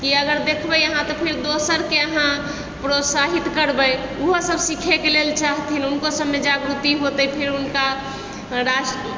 कि अगर देखबै अहाँ तऽ दोसरके अहाँ प्रोत्साहित करबै ओहोसभ सिखैके लेल चाहथिन हुनको सभमे जागृति होतै फेर हुनका रास